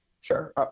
Sure